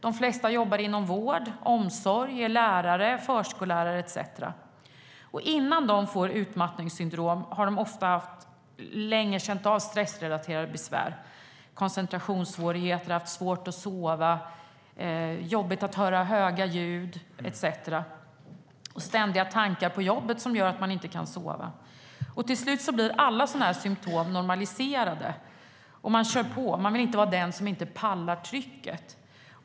De flesta jobbar inom vård eller omsorg eller är lärare eller förskollärare etcetera. Innan de får utmattningssyndrom har de ofta känt av stressrelaterade besvär under en längre tid såsom koncentrationssvårigheter, haft svårt att sova, tyckt att det är jobbigt att höra höga ljud etcetera. Och ständiga tankar på jobbet gör att man inte kan sova. Till slut blir alla symtom normaliserade, och man kör på. Man vill inte vara den som inte pallar för trycket.